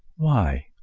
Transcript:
why?